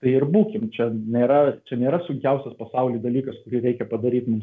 tai ir būkim čia nėra čia nėra sunkiausias pasauly dalykas kurį reikia padaryt mums